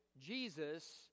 Jesus